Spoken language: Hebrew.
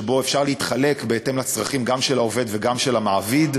שבו אפשר להתחלק בהתאם לצרכים גם של העובד וגם של המעביד,